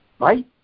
Right